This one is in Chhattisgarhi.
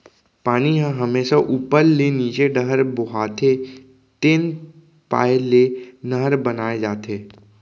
पानी ह हमेसा उप्पर ले नीचे डहर बोहाथे तेन पाय ले नहर बनाए जाथे